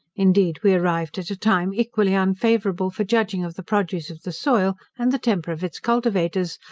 indeed we arrived at a time equally unfavourable for judging of the produce of the soil and the temper of its cultivators,